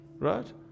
right